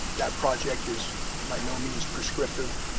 that project is by no means prescriptive.